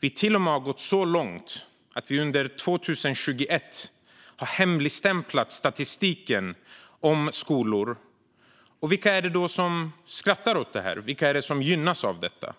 vi till och med har gått så långt att vi under 2021 har hemligstämplat statistiken om skolor. Vilka är det då som skrattar åt det här? Vilka är det som gynnas av detta?